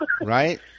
Right